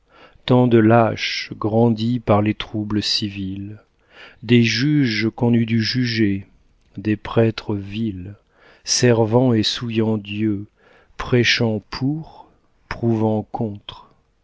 tant de lâches grandis par les troubles civils des juges qu'on eût dû juger des prêtres vils servant et souillant dieu prêchant pour prouvant contre